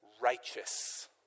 righteous